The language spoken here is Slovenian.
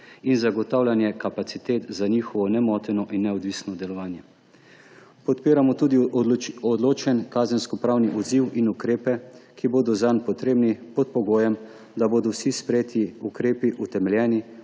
in zagotavljanje kapacitet za njihovo nemoteno in neodvisno delovanje. Podpiramo tudi odločen kazenskopravni odziv in ukrepe, ki bodo zanj potrebni, pod pogojem, da bodo vsi sprejeti ukrepi utemeljeni,